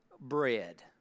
bread